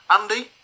Andy